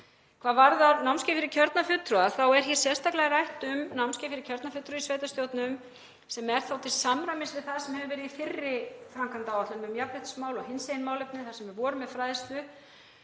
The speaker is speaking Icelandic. Hvað varðar námskeið fyrir kjörna fulltrúa þá er hér sérstaklega rætt um námskeið fyrir kjörna fulltrúa í sveitarstjórnum sem er þá til samræmis við það sem hefur verið í fyrri framkvæmdaáætlun um jafnréttismál og hinsegin málefni þar sem við vorum með fræðslu.